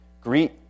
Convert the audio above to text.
Greet